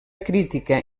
crítica